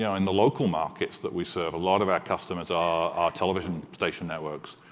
yeah in the local markets that we serve, a lot of our customers are television station networks.